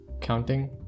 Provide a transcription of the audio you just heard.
counting